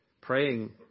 Praying